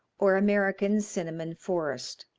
or american cinnamon forest.